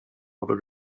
håller